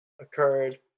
occurred